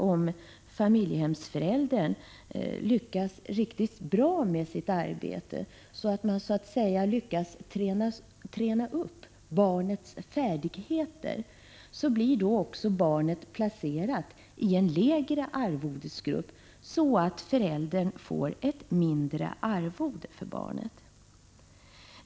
Om familjehemsföräldern lyckas riktigt bra med sitt arbete och tränar upp barnets färdigheter, blir alltså barnet placerat i en lägre arvodesgrupp, och föräldern får ett mindre arvode för barnet.